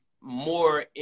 more